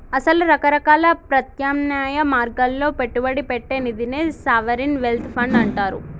అసల రకరకాల ప్రత్యామ్నాయ మార్గాల్లో పెట్టుబడి పెట్టే నిదినే సావరిన్ వెల్త్ ఫండ్ అంటారు